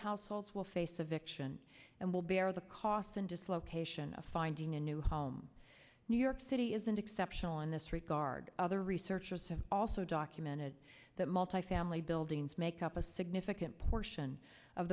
households will face eviction and will bear the costs and dislocation of finding a new home new york city isn't exceptional in this regard other researchers have also documented that multifamily buildings make up a significant portion of